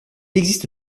existe